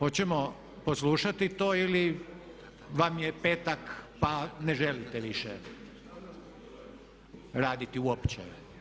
Oćemo poslušati to ili vam je petak pa ne želite više raditi uopće?